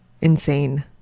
insane